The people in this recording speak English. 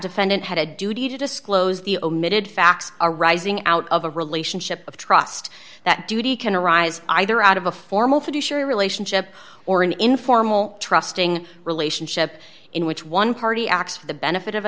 defendant had a duty to disclose the omitted facts arising out of a relationship of trust that duty can arise either out of a formal fiduciary relationship or an informal trusting relationship in which one party acts for the benefit of